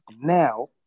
now